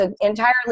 entirely